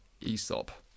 Aesop